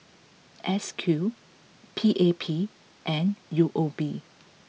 S Q P A P and U O B